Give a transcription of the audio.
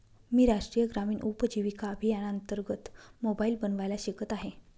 मी राष्ट्रीय ग्रामीण उपजीविका अभियानांतर्गत मोबाईल बनवायला शिकत आहे